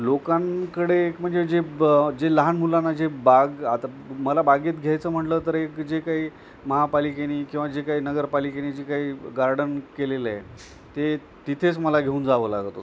लोकांकडे एक म्हणजे जे ब जे लहान मुलांना जे बाग आता मला बागेत घ्यायचं म्हटलं तर एक जे काही महापालिकेनी किंवा जे काही नगरपालिकेने जे काही गार्डन केलेलं आहे ते तिथेच मला घेऊन जावं लागत होतं